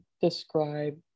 describe